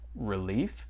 relief